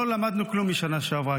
לא למדנו כלום מהשנה שעברה.